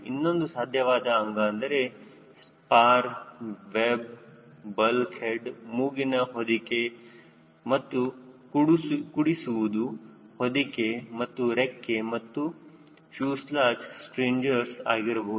ಇನ್ನೊಂದು ಸಾಧ್ಯವಾದ ಅಂಗ ಅಂದರೆ ಸ್ಪಾರ್ ವೆಬ್ ಬಲ್ಕ್ ಹೆಡ್ ಮೂಗಿನ ಹೊದಿಕೆ ಮತ್ತು ಕುಡಿಸುವುದು ಹೊದಿಕೆ ಮತ್ತು ರೆಕ್ಕೆ ಮತ್ತು ಫ್ಯೂಸೆಲಾಜ್ ಸ್ಟ್ರಿಂಜರ್ ಆಗಿರಬಹುದು